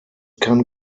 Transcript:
kann